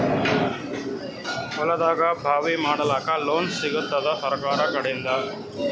ಹೊಲದಾಗಬಾವಿ ಮಾಡಲಾಕ ಲೋನ್ ಸಿಗತ್ತಾದ ಸರ್ಕಾರಕಡಿಂದ?